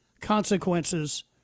consequences